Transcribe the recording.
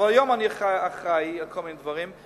אבל היום אני אחראי לכל מיני דברים,